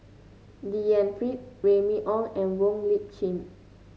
D N Pritt Remy Ong and Wong Lip Chin